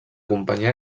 companyia